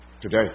today